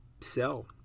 sell